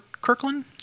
Kirkland